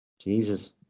Jesus